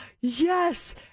yes